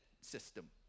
system